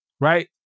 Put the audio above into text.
Right